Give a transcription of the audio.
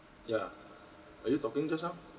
ya are you talking just now